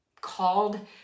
called